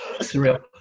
Surreal